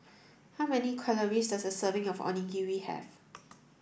how many calories does a serving of Onigiri have